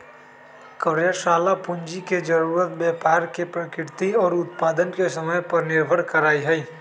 कार्यशाला पूंजी के जरूरत व्यापार के प्रकृति और उत्पादन के समय पर निर्भर करा हई